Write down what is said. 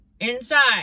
Inside